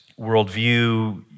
worldview